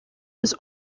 was